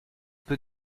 peu